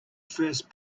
first